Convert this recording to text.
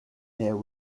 here